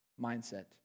mindset